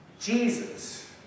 Jesus